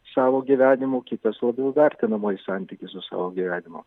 savo gyvenimu kitas labiau vertinamąjį santykį su savo gyvenimu